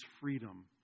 freedom